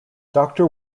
doctor